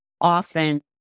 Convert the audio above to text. often